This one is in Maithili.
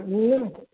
नहि नहि